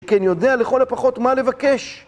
כי אני יודע לכל הפחות מה לבקש.